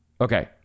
Okay